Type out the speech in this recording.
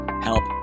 Help